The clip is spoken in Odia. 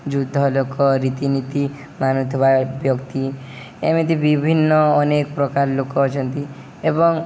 ଯୁଦ୍ଧ ଲୋକ ରୀତିନୀତି ମାନୁଥିବା ବ୍ୟକ୍ତି ଏମିତି ବିଭିନ୍ନ ଅନେକ ପ୍ରକାର ଲୋକ ଅଛନ୍ତି ଏବଂ